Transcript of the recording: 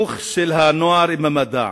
ההתחככות של הנוער עם המדע,